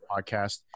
podcast